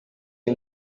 iyi